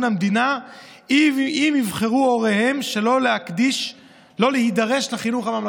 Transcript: המדינה אם יבחרו הוריהם שלא להידרש לחינוך הממלכתי,